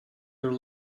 your